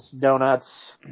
donuts